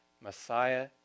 Messiah